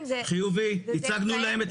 חיובי, הצגנו להם.